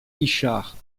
guichards